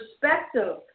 perspective